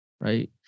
Right